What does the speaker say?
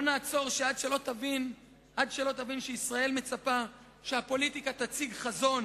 לא נעצור עד שתבין שישראל מצפה שהפוליטיקה תציג חזון